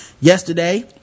yesterday